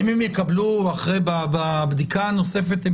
אם הם יקבלו בבדיקה הנוספת.